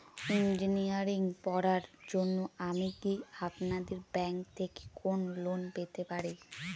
Engineering পড়ার জন্য আমি কি আপনাদের ব্যাঙ্ক থেকে কোন লোন পেতে পারি?